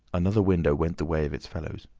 another window went the way of its fellows.